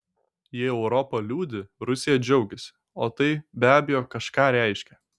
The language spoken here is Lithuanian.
jei europa liūdi rusija džiaugiasi o tai be abejo kažką reiškia